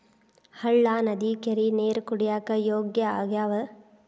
ಹಳ್ಳಾ ನದಿ ಕೆರಿ ನೇರ ಕುಡಿಯಾಕ ಯೋಗ್ಯ ಆಗ್ಯಾವ